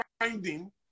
finding